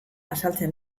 azaltzen